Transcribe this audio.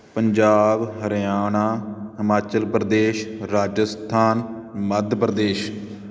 Punjab Haryana Himachal Pradesh Rajasthan Madhya Pradesh